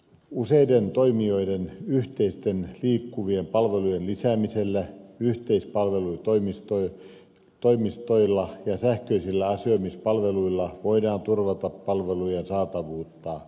useiden toimijoiden yhteisten liikkuvien palvelujen lisäämisellä yhteispalvelutoimistoilla ja sähköisillä asioimispalveluilla voidaan turvata palvelujen saatavuutta